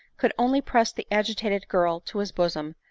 could only press the agitated girl to his bosom,